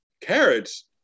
Carrots